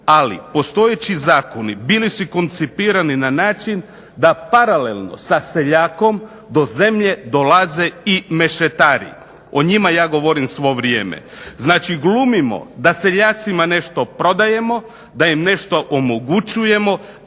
Ali postojeći zakoni bili su i koncipirani na način da paralelno sa seljakom do zemlje dolaze i mešetari. O njima ja govorim svo vrijeme. Znači glumimo da seljacima nešto prodajemo, da im nešto omogućujemo,